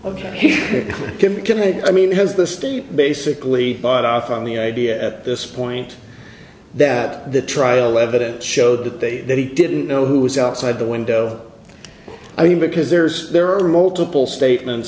typically i mean has the state basically bought off on the idea at this point that the trial evidence showed that they really didn't know who was outside the window i mean because there's there are multiple statements